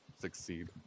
succeed